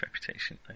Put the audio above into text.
reputation